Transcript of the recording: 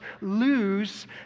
lose